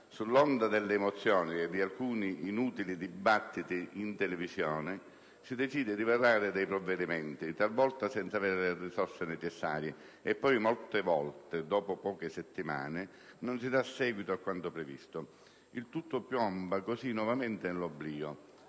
Sull'onda delle emozioni e di alcuni inutili dibattiti in televisione si decide di varare dei provvedimenti - talvolta senza avere le risorse necessarie - e poi molte volte, dopo poche settimane, non si dà seguito a quanto previsto. Il tutto piomba così nuovamente nell'oblio.